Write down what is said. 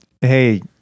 Hey